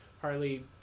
harley